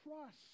trust